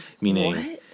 Meaning